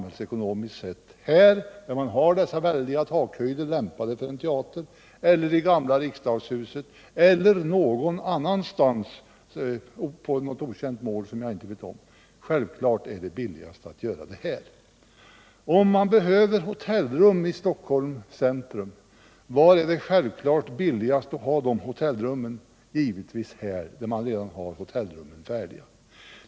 Är det här — där man redan har dessa väldiga takhöjder, lämpade för en teater — eller i gamla riksdagshuset eller någon annanstans, på någon okänd plats som jag inte känner till? Självklart är att det blir billigast att bygga den här. Om det behövs hotellrum i hit, där hotellrummen redan är färdiga.